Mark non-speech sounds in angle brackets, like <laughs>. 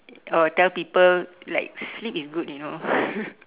oh tell people like sleep is good you know <laughs>